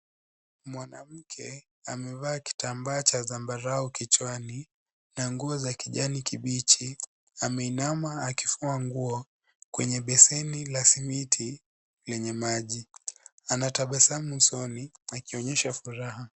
Mwanamke amevaa kitambaa cha zambarau kichwani na nguo za kijani kibichi ameinama akifua nguo kwenye beseni la simiti lenye maji, anatabasamu usoni akionyesha furaha.